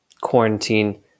Quarantine